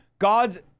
God's